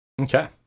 Okay